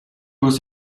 was